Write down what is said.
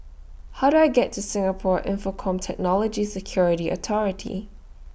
How Do I get to Singapore Infocomm Technology Security Authority